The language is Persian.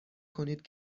کنید